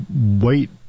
wait